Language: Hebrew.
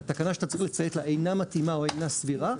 התקנה שאתה צריך לציית לה אינה מתאימה או אינה סבירה,